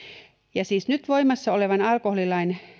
ja siis nyt voimassa olevan alkoholilain